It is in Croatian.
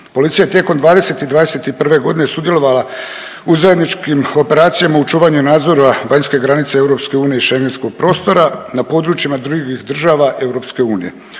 Policija je tijekom '20. i '21. g. sudjelovala u zajedničkim operacijama u čuvanju nadzora vanjske granice EU i šengenskog prostora na područjima drugih država EU.